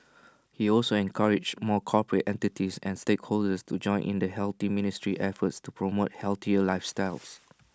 he also encouraged more corporate entities and stakeholders to join in the health ministry's efforts to promote healthier lifestyles